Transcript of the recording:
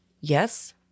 yes